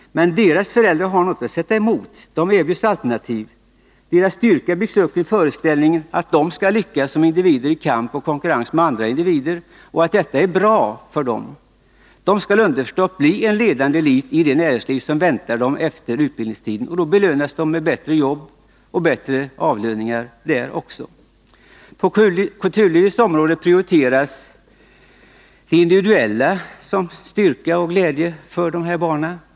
Men deras föräldrar har något att sätta emot och kan erbjuda Nr 138 alternativ. Dessa barns styrka byggs upp kring föreställningen att de skall Onsdagen den lyckas som individer i kamp och konkurrens med andra individer och att 13 maj 1981 detta är bra för dem. De skall underförstått bli en ledande elit i det näringsliv som väntar dem efter utbildningstiden, och då belönas de med bättre jobb och även bättre inkomster. På kulturlivets område prioriteras det individuella som styrka och glädje för dessa barn.